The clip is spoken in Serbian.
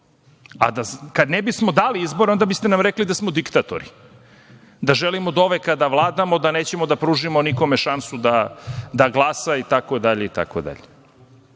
Kada ne bismo dali izbore onda biste nam rekli da smo diktatori, da želimo doveka da vladamo, da nećemo da pružimo nikome šansu da glasa